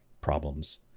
problems